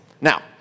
Now